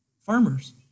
farmers